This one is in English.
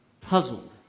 puzzled